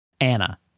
anna